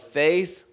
faith